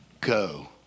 go